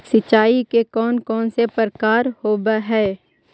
सिंचाई के कौन कौन से प्रकार होब्है?